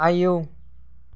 आयौ